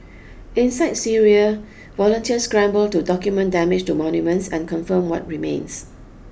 inside Syria volunteers scramble to document damage to monuments and confirm what remains